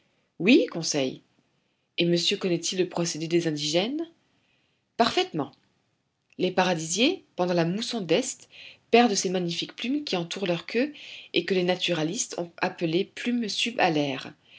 oui conseil et monsieur connaît-il le procédé des indigènes parfaitement les paradisiers pendant la mousson d'est perdent ces magnifiques plumes qui entourent leur queue et que les naturalistes ont appelées plumes subalaires